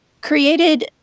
created